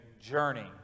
journey